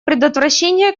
предотвращение